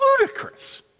ludicrous